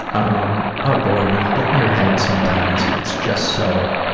um ah boy, when you get in your head sometimes, it's just so,